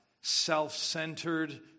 Self-centered